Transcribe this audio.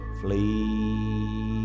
flee